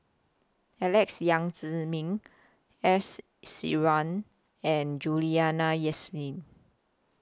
Alex Yam Ziming S Iswaran and Juliana Yasin